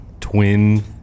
twin